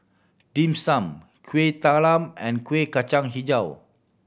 Dim Sum Kuih Talam and Kuih Kacang Hijau